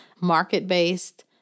Market-based